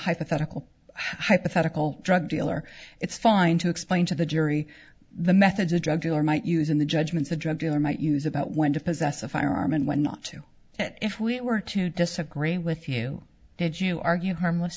hypothetical how pathetically drug dealer it's fine to explain to the jury the methods a drug dealer might use in the judgments the drug dealer might use about when to possess a firearm and when not to if we were to disagree with you did you argue harmless